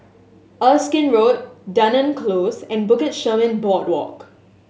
Erskine Road Dunearn Close and Bukit Chermin Boardwalk